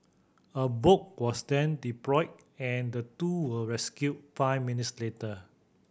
a boat was then deployed and the two were rescued five minutes later